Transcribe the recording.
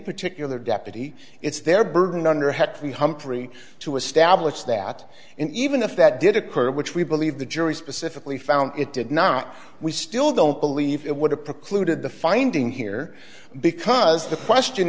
particular deputy it's their burden under had the humphrey to establish that in even if that did occur which we believe the jury specifically found it did not we still don't believe it would have precluded the finding here because the question